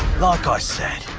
like i said,